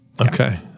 Okay